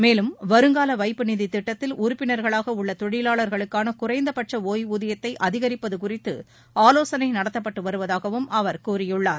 மேலும் வருங்கால வைப்பு நிதித் திட்டத்தில் உறுப்பினர்களாக உள்ள தொழிலாளர்களுக்கான குறைந்தபட்ச ஒய்வூதியத்தை அதிகரிப்பது குறித்து ஆலோசனை நடத்தப்பட்டு வருவதாகவும் அவர் கூறியுள்ளார்